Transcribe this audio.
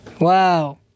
Wow